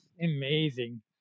Amazing